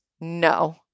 No